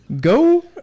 go